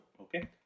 Okay